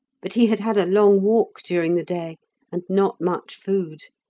but he had had a long walk during the day and not much food.